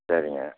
சரிங்க